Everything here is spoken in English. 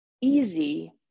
easy